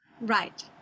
right